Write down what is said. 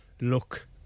look